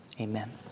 Amen